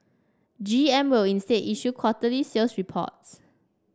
G M will instead issue quarterly sales reports